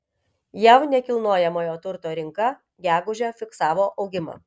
jav nekilnojamojo turto rinka gegužę fiksavo augimą